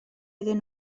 iddyn